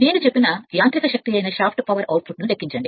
నేను చెప్పిన యాంత్రిక శక్తి అయిన షాఫ్ట్ పవర్ అవుట్పుట్ను లెక్కించండి